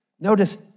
Notice